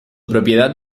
propiedad